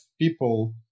people